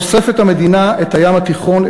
חושפת המדינה את הים התיכון,